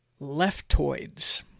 leftoids